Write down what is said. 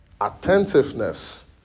Attentiveness